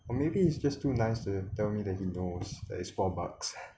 or maybe he's just too nice to tell me that he knows that it's four bucks